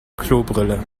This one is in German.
klobrille